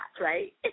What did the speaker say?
right